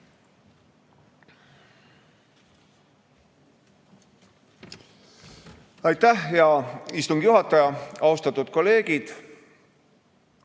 Aitäh, hea istungi juhataja! Austatud kolleegid!